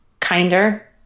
kinder